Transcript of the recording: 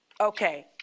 Okay